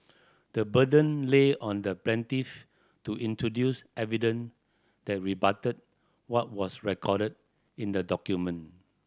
the burden lay on the plaintiff to introduce evidence that rebutted what was recorded in the document